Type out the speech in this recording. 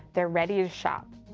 they're ready to shop.